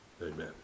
Amen